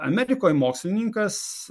amerikoj mokslininkas